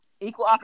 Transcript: equal